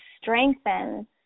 strengthen